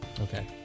Okay